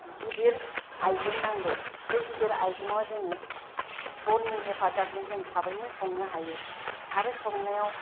गिदिर आयजें नांगौ बे गिदिर आयजेङाव जोङो बननि हेफाजाबजों जों थाबैनो संनो हायो आरो संनायाव